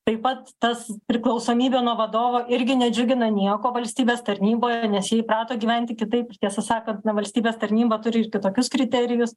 taip pat tas priklausomybė nuo vadovo irgi nedžiugina nieko valstybės tarnyboje nes jie įprato gyventi kitaip ir tiesą sakant na valstybės tarnyba turi kitokius kriterijus